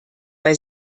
bei